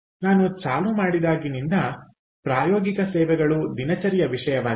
ನಾನು ಚಾಲು ಮಾಡಿದಾಗಿನಿಂದ ಉಲ್ಲೇಖಿತ ನೋಡಿ 1710 ಪ್ರಾಯೋಗಿಕ ಸೇವೆಗಳು ದಿನಚರಿಯ ವಿಷಯವಾಗಿದೆ